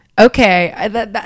Okay